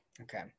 okay